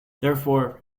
therefore